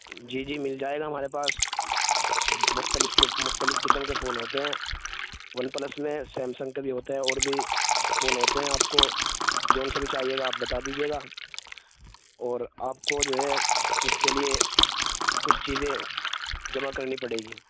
جی جی مل جائے گا ہمارے پاس مختلف مختلف قسم کے فون ہوتے ہیں ون پلس میں سیمسنگ کے بھی ہوتے ہیں اور بھی فون ہوتے ہیں آپ کو جو سا بھی چاہیے گا آپ بتا دیجیے گا اور آپ کو جو ہے اس کے لیے کچھ چیزیں جمع کرنی پڑیں گی